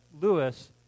Lewis